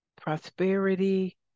prosperity